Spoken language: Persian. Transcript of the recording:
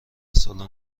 سالن